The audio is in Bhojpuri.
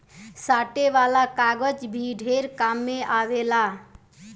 साटे वाला कागज भी ढेर काम मे आवेला